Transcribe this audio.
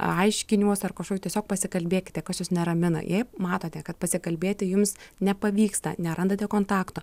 aiškinimų ar kažkokių tiesiog pasikalbėkite kas jus neramina jei matote kad pasikalbėti jums nepavyksta nerandate kontakto